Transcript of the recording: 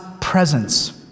presence